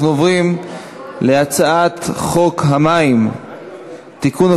אנחנו עוברים להצעת חוק המים (תיקון,